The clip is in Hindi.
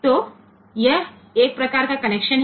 तो यह एक प्रकार का कनेक्शन है